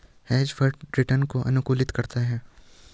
hedge fund return को अनुकूलित करता है